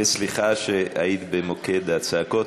וסליחה שהיית במוקד הצעקות.